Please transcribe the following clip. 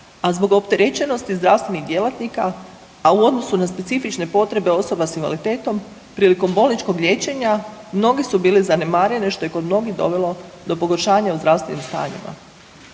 a zbog opterećenosti zdravstvenih djelatnika, a u odnosu na specifične potrebe osoba s invaliditetom, prilikom bolničkog liječenja, mnoge su bila zanemarene, što je kod mnogih dovelo do pogoršanja u zdravstvenim stanjima.